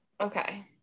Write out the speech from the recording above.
Okay